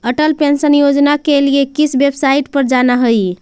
Atal pension योजना के लिए किस वेबसाईट पर जाना हई